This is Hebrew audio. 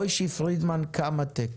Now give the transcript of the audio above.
משה פרידמן 'Kamatech',